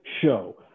show